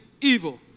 evil